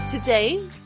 Today